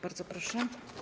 Bardzo proszę.